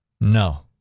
No